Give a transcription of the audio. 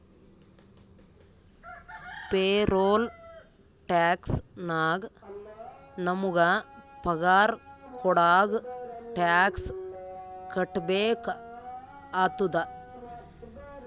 payroll tax ನಾಗ್ ನಮುಗ ಪಗಾರ ಕೊಡಾಗ್ ಟ್ಯಾಕ್ಸ್ ಕಟ್ಬೇಕ ಆತ್ತುದ